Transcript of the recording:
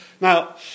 Now